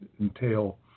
entail